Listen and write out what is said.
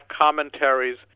commentaries